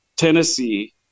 Tennessee